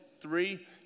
three